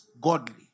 godly